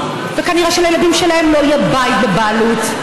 וכנראה שלילדים שלהם לא יהיה בית בבעלות.